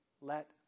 let